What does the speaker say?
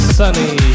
sunny